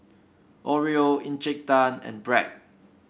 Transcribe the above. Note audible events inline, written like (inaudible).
Oreo (unintelligible) Tan and Bragg